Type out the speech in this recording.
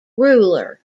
ruler